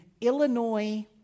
Illinois